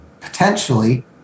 potentially